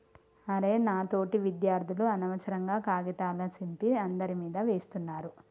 అరె నా తోటి విద్యార్థులు అనవసరంగా కాగితాల సింపి అందరి మీదా వేస్తున్నారు